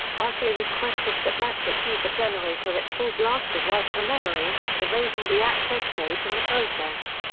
arcee requested that ratchet use the generator at full blast to wipe her memory, erasing the access codes in the process.